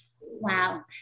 Wow